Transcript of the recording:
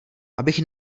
abych